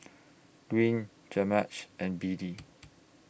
Green and Beadie